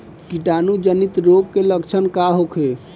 कीटाणु जनित रोग के लक्षण का होखे?